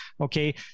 Okay